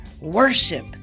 worship